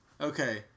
Okay